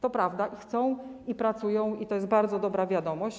To prawda, chcą i pracują, i to jest bardzo dobra wiadomość.